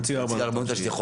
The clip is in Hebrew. נציג הרבנות הראשית,